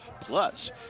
Plus